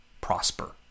prosper